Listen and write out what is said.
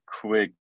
quick